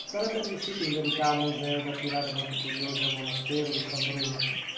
sarebbe riuscito in verità un museo da attirare molti curiosi al monastero di san bruno